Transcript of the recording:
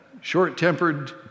short-tempered